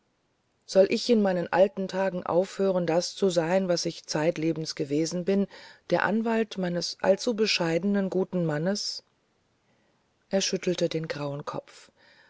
soll ich in meinen alten tagen aufhören das zu sein was ich zeitlebens gewesen bin der anwalt meines allzu bescheidenen guten mannes er schüttelte den grauen kopf